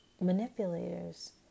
manipulators